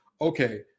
okay